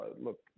look